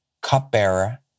cupbearer